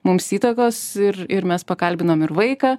mums įtakos ir ir mes pakalbinom ir vaiką